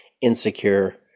insecure